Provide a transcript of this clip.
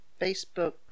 Facebook